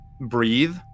breathe